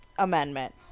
Amendment